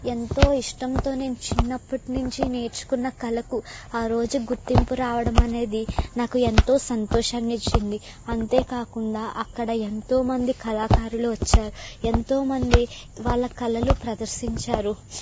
ఎంతో ఇష్టంతో నేను చిన్నప్పటినుంచి నేర్చుకున్న కళకు ఆ రోజు గుర్తింపు రావడము అనేది నాకు ఎంతో సంతోషాన్ని ఇచ్చింది అంతే కాకుండా అక్కడ ఎంతో మంది కళాకారులు వచ్చారు ఎంతో మంది వాళ్ళ కళలు ప్రదర్శించారు